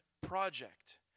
project